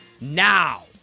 Now